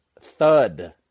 thud